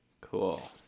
cool